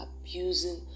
abusing